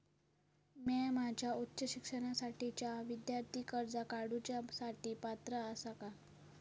म्या माझ्या उच्च शिक्षणासाठीच्या विद्यार्थी कर्जा काडुच्या साठी पात्र आसा का?